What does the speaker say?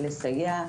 לסייע,